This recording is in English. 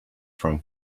from